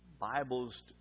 Bibles